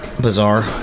bizarre